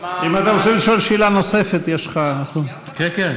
אם אתה רוצה לשאול שאלה נוספת, יש לך, סיימת?